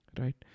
right